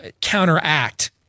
counteract